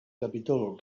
capítol